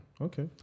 okay